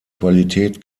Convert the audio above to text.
qualität